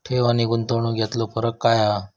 ठेव आनी गुंतवणूक यातलो फरक काय हा?